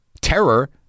terror